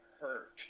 hurt